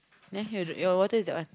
then hear the your water is that one